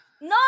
no